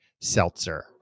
seltzer